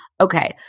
okay